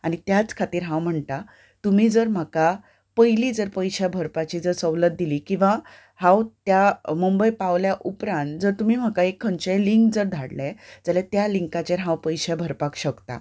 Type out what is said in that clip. आनी त्याच खातीर हांव म्हणटा तुमी जर म्हाका पयलीं जर पयशे भरपाची जर सवलत दिली किंवां हांव त्या मुंबय पावल्या उपरांत जर तुमी म्हाका एक खंयचेंय लिंक जर धाडलें जाल्यार त्या लिंकाचेर हांव पयशे भरपाक शकतां